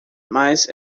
mas